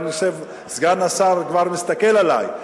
סגן השר כבר מסתכל עלי,